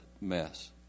mess